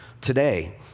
today